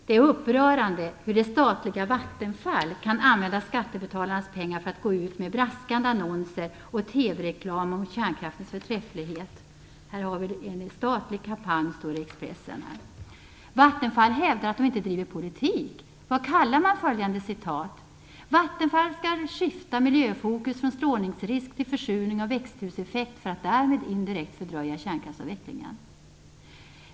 Det är upprörande hur det statliga Vattenfall kan använda skattebetalarnas pengar för att gå ut med braskande annonser och TV-reklam om kärnkraftens förträfflighet. Det är en statlig kampanj, står det i Expressen. Vattenfall hävdar att man inte driver politik. Vad kallar man följande: "Vattenfall skall skifta miljöfokus från strålningsrisk till försurning och växthuseffekt för att därmed indirekt fördröja kärnkraftsavvecklingen"?